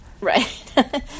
Right